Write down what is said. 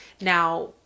now